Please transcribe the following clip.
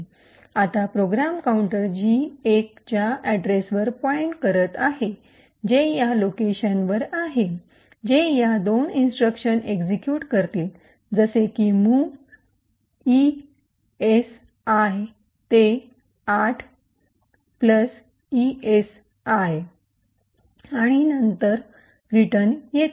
आता program counter G 1 च्या अड्रेसवर पॉइंट करत आहे जे या लोकेशनवर आहे जे या दोन इंस्ट्रक्शन एक्सिक्यूट करतील जसे की मूव्ह इसआय ते 8 ESI movl esi to 8esi आणि नंतर रिटर्न येते